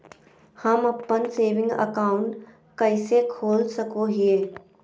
हम अप्पन saving account कइसे खोल सको हियै?